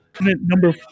Number